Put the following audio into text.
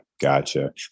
Gotcha